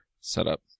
setup